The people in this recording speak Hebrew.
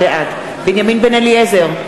בעד בנימין בן-אליעזר,